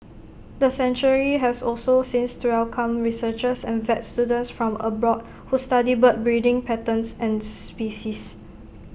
the sanctuary has also since to welcomed researchers and vet students from abroad who study bird breeding patterns and species